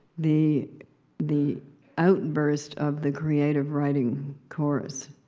the the outburst of the creative writing course.